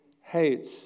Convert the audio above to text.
hates